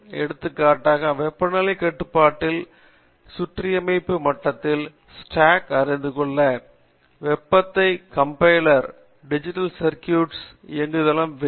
எடுத்துக்காட்டாக வெப்பநிலை கட்டுப்பாட்டின் சுற்றமைப்பு மட்டத்தில் நான் முழு ஸ்டேக் அறிந்து கொள்ள வெப்பதை உணரும் கம்பைலர் டிஜிட்டல் சர்குட் இயங்குதளம் வேண்டும்